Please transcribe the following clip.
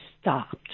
stopped